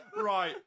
Right